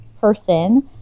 person